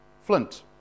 Flint